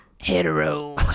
hetero